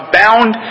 bound